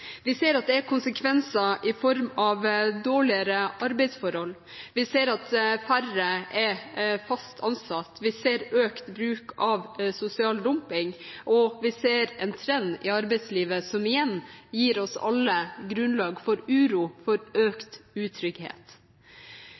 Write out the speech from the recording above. er konsekvenser i form av dårligere arbeidsforhold. Vi ser at færre er fast ansatt, vi ser økt bruk av sosial dumping – vi ser en trend i arbeidslivet som igjen gir oss alle grunnlag for uro, for økt utrygghet.